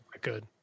good